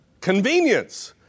convenience